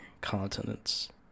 continents